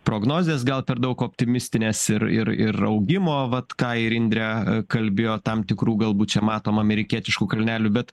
prognozės gal per daug optimistinės ir ir ir augimo vat ką ir indrė kalbėjo tam tikrų galbūt čia matom amerikietiškų kalnelių bet